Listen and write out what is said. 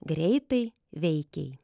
greitai veikiai